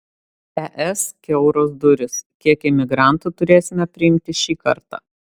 es kiauros durys kiek imigrantų turėsime priimti šį kartą